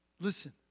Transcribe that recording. Listen